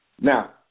Now